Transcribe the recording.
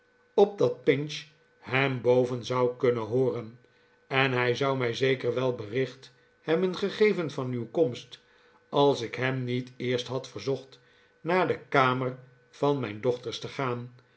opdat pinch hem boven zou kunnen hooren en hij zou mij zeker wel bericht hebben gegeven van uw komst als ik hem niet eerst had verzocht naar de kamer van mijn dochters te gaan